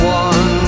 one